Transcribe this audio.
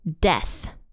death